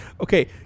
okay